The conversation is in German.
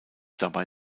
dabei